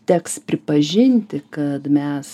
teks pripažinti kad mes